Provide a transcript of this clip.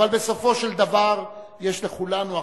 אבל בסופו של דבר יש לכולנו אחריות,